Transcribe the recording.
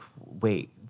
wait